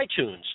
iTunes